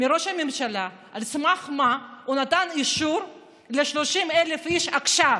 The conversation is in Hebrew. מראש הממשלה על סמך מה הוא נתן אישור ל-30,000 איש עכשיו,